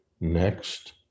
next